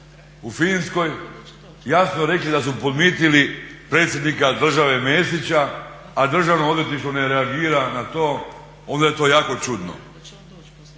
u Finskoj jasno rekli da su podmitili predsjednika države Mesića, a Državno odvjetništvo ne reagira na to, onda je to jako čudno.